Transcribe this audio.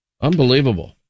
Unbelievable